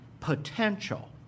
potential